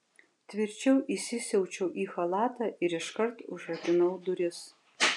tvirčiau įsisiaučiau į chalatą ir iškart užrakinau duris